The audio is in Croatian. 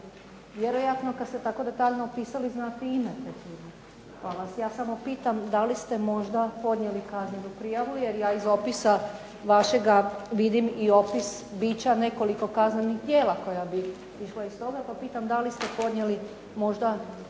vjerojatno kad ste tako detaljno opisali znate i ime te firme. Pa vas ja samo pitam da li ste možda podnijeli kaznenu prijavu jer ja iz opisa vašega vidim i opis bića nekoliko kaznenih djela koja bi išla iz toga pa pitam da li ste podnijeli možda